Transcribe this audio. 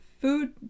food